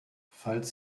falls